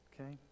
Okay